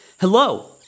Hello